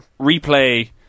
replay